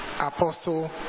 Apostle